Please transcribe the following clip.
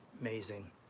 amazing